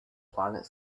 planet